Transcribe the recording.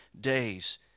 days